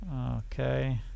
Okay